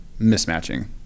mismatching